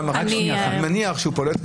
אני אענה.